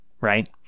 right